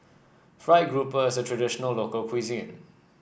fried grouper is a traditional local cuisine